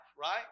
Right